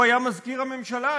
הוא היה מזכיר הממשלה,